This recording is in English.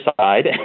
side